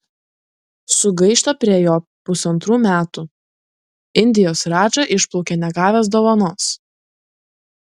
sugaišta prie jo pusantrų metų indijos radža išplaukia negavęs dovanos